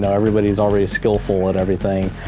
and everybody's already skillful at everything.